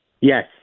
Yes